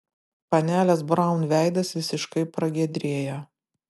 panelės braun veidas visiškai pragiedrėjo